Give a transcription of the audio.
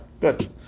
Good